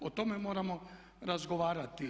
O tome moramo razgovarati.